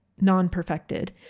non-perfected